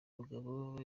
mugabo